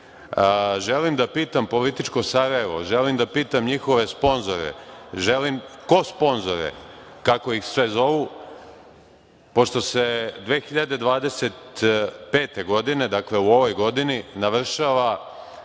MO/JGŽelim da pitam političko Sarajevo, želim da pitam njihove sponzore, kosponzore kako ih sve zovu, pošto se 2025. godine dakle u ovoj godini navršava